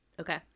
Okay